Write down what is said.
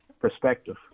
perspective